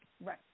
Right